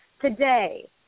today